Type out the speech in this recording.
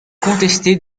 contestée